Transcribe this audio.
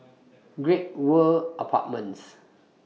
Great World Apartments